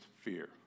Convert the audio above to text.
fear